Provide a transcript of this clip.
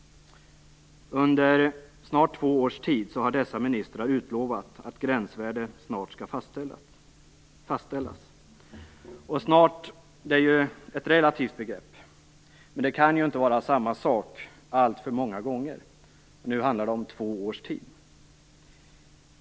Under snart två års tid har dessa ministrar utlovat att gränsvärdet snart skall fastställas. "Snart" är ju ett relativt begrepp, men samma sak kan inte upprepas alltför många gånger, och nu handlar det om en tid av två år.